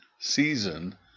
Season